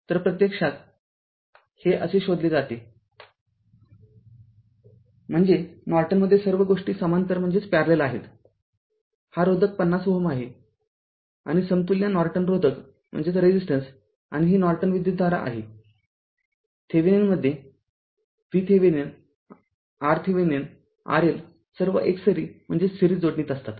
तरप्रत्यक्षात हे असे शोधले जाते म्हणजेनॉर्टनमध्ये सर्व गोष्टी समांतर आहेतहा रोधक ५० Ω आहे आणि समतुल्य नॉर्टन रोधक आहे आणि ही नॉर्टन विद्युतधारा आहे थेविनिन मध्ये V Thevenin R Thevenin R L सर्व एकसरी जोडणीत असतात